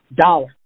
dollar